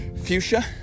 Fuchsia